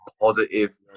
positive